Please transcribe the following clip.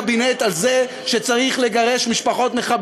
מה פתאום שזה ישתנה כשנלחמים